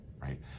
right